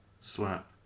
Slap